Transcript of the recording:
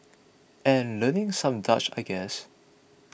and learning some Dutch I guess